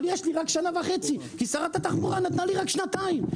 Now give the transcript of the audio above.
אבל יש לי רק שנה וחצי כי שרת התחבורה נתנה לי רק שנתיים.